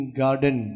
garden